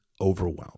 overwhelmed